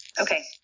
Okay